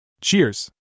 Cheers